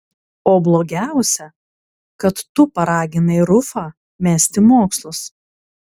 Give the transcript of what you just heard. o blogiausia kad tu paraginai rufą mesti mokslus